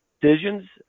decisions